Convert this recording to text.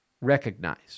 Recognize